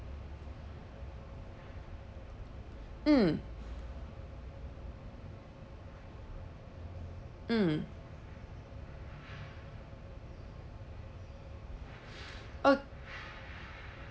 mm mm o~